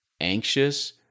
anxious